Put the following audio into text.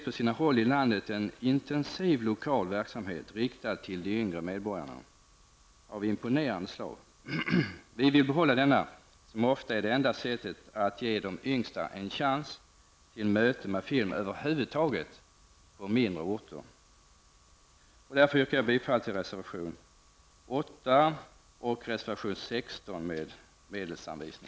På sina håll i landet bedrivs en intensiv lokal verksamhet riktad till de yngre medborgarna. Den är mycket imponerande. Vi vill behålla detta slag av film, som ofta är det enda sättet att ge de yngsta på mindre orter en chans till möte med film över huvud taget. Därför yrkar jag bifall till reservationerna 8 och 16.